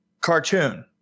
cartoon